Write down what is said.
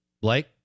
Blake